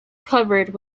covered